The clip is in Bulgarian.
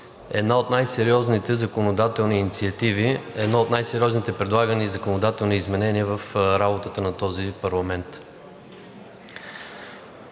една от най-сериозните законодателни инициативи, едно от най-сериозните предлагани законодателни изменения в работата на този парламент.